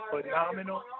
phenomenal